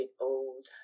old